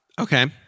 Okay